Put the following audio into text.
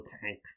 tank